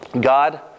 God